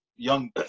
young